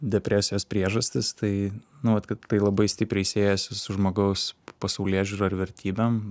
depresijos priežastis tai nu vat kad tai labai stipriai siejasi su žmogaus pasaulėžiūra ir vertybėm